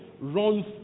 runs